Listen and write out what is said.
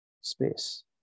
space